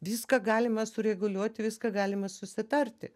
viską galima sureguliuoti viską galima susitarti